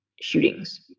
shootings